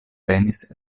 penis